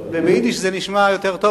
ביידיש זה נשמע הרבה יותר טוב.